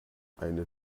eine